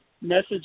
message